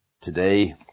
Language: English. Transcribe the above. Today